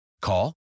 Call